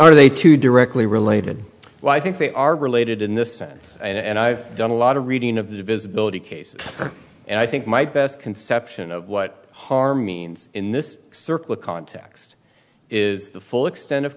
are they to directly related why i think they are related in this sense and i've done a lot of reading of the divisibility case and i think my best conception of what harm means in this circle context is the full extent of